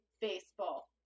baseball